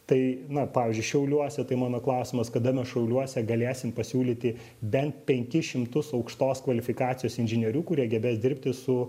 tai na pavyzdžiui šiauliuose tai mano klausimas kada mes šiauliuose galėsim pasiūlyti bent penkis šimtus aukštos kvalifikacijos inžinierių kurie gebės dirbti su